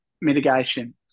mitigation